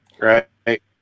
right